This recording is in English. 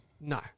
No